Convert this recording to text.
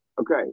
Okay